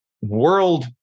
world